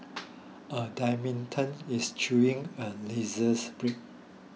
a dalmatian is chewing a razor's blade